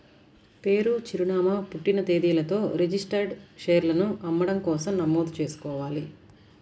పేరు, చిరునామా, పుట్టిన తేదీలతో రిజిస్టర్డ్ షేర్లను అమ్మడం కోసం నమోదు చేసుకోవాలి